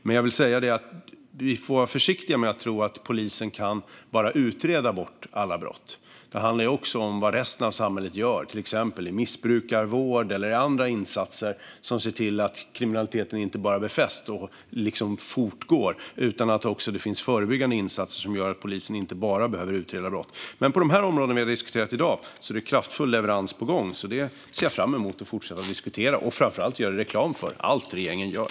Men vi får vara försiktiga med att tro att polisen bara kan utreda bort alla brott. Det handlar ju också om vad resten av samhället gör, till exempel i missbrukarvård eller andra insatser som inte bara ser till att kriminaliteten inte befästs och fortgår utan att det också finns förebyggande insatser som gör att polisen inte bara behöver utreda brott. På de områden som vi har diskuterat i dag är det kraftfull leverans på gång. Jag ser fram emot att fortsätta diskutera detta och framför allt att göra reklam för allt regeringen gör.